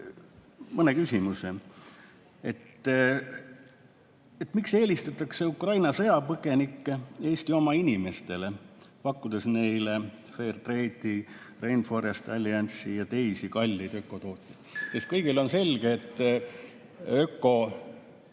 Mõne küsimuse loen ette. Miks eelistatakse Ukraina sõjapõgenikke Eesti oma inimestele, pakkudes [põgenikele] Fairtrade'i, Rainforest Alliance'i ja teisi kalleid ökotooteid? Kõigile on selge, et ökokohv,